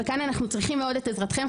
וכאן אנחנו מאוד צריכים את עזרתכם,